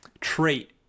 trait